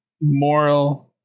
Moral